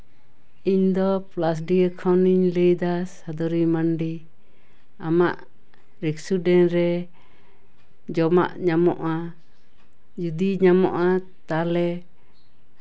ᱤᱧᱫᱚ ᱯᱚᱞᱟᱥᱰᱤᱦᱟᱹ ᱠᱷᱚᱱᱤᱧ ᱞᱟᱹᱭᱫᱟ ᱥᱟᱫᱚᱨᱤ ᱢᱟᱹᱱᱰᱤ ᱟᱢᱟᱜ ᱨᱮᱥᱴᱩᱨᱮᱱᱴ ᱨᱮ ᱡᱚᱢᱟᱜ ᱧᱟᱢᱚᱜᱼᱟ ᱡᱩᱫᱤ ᱧᱟᱢᱚᱜᱼᱟ ᱛᱟᱦᱚᱞᱮ